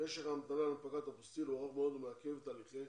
משך ההמתנה להנפקת אפוסטיל הוא ארוך מאוד ומעכב את הליכי